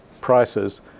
prices